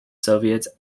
soviets